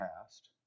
past